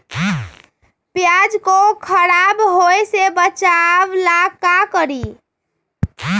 प्याज को खराब होय से बचाव ला का करी?